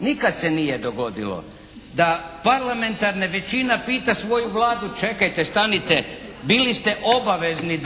nikad se nije dogodilo, da parlamentarna većina pita svoju Vladu, čekajte, stanite, bili ste obavezni